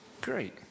Great